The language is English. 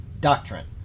doctrine